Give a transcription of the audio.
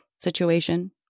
situation